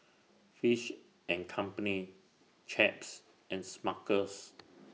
Fish and Company Chaps and Smuckers